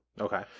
okay